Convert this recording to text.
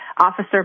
officer